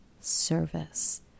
service